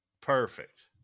Perfect